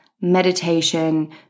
meditation